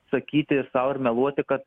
sakyti sau ir meluoti kad